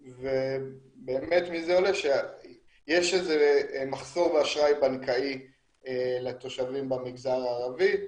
מזה עולה שיש איזה מחסור באשראי בנקאי לתושבים במגזר הערבי.